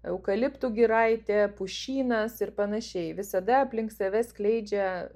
eukaliptų giraitė pušynas ir panašiai visada aplink save skleidžia